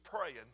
praying